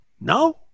No